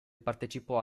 partecipò